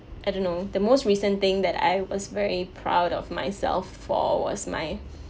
I don't know the most recent thing that I was very proud of myself for was my